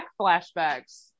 flashbacks